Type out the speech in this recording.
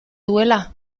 duela